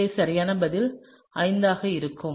எனவே சரியான பதில் 5 ஆக இருக்கும்